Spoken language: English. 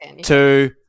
two